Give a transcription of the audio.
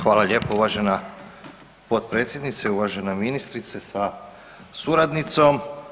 Hvala lijepo uvažena potpredsjednice, uvažena ministrice sa suradnicom.